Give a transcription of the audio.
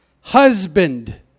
husband